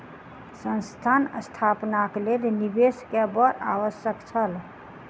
संस्थान स्थापनाक लेल निवेश के बड़ आवश्यक छल